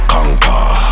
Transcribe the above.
Conquer